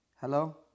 Hello